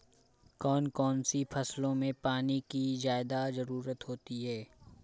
कौन कौन सी फसलों में पानी की ज्यादा ज़रुरत होती है?